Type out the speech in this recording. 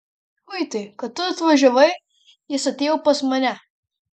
uitai kad tu atvažiavai jis atėjo pas mane